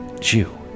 Jew